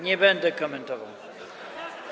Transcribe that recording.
Nie będę komentował.